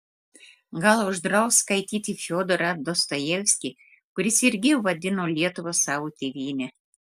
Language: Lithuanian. gal uždraus skaityti fiodorą dostojevskį kuris irgi vadino lietuvą savo tėvyne